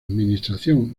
administración